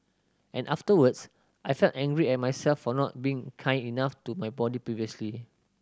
and afterwards I felt angry at myself for not being kind enough to my body previously